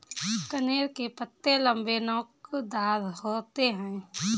कनेर के पत्ते लम्बे, नोकदार होते हैं